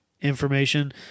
information